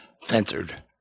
censored